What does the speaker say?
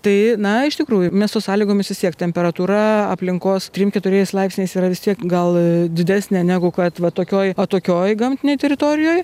tai na iš tikrųjų miesto sąlygomis vis tiek temperatūra aplinkos trim keturiais laipsniais yra vis tiek gal didesnė negu kad va tokioj atokioj gamtinėj teritorijoj